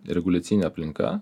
reguliacinė aplinka